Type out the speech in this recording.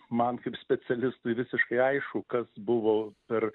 man kaip specialistui visiškai aišku kas buvo per